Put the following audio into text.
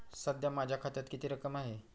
सध्या माझ्या खात्यात किती रक्कम आहे?